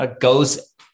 Goes